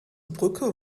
brücke